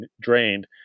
drained